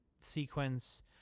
sequence